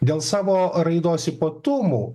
dėl savo raidos ypatumų